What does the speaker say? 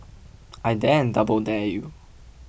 I dare double dare you